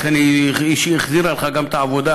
לכן היא החזירה לך גם את העבודה,